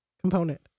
component